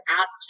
asked